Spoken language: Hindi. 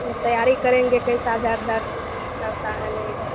वह तैयारी करेंगे कैसा दर दर के दरता है नहीं दरता है